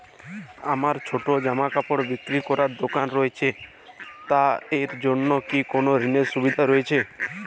আমার ছোটো জামাকাপড় বিক্রি করার দোকান রয়েছে তা এর জন্য কি কোনো ঋণের সুবিধে রয়েছে?